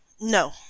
No